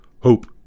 hope